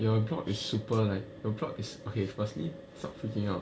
your block is super like your block is okay firstly stop freaking out